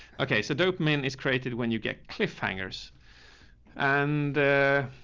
okay. so dope man is created when you get cliffhangers and